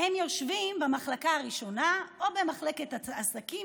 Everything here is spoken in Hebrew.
והם יושבים במחלקה הראשונה או במחלקת העסקים,